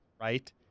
Right